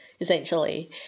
essentially